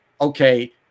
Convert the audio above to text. okay